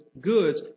goods